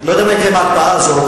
לא יודע מה יהיה עם ההקפאה הזאת,